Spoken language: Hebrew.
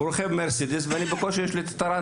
הוא נוהג במרצדס, ולי בקושי יש טרנטה.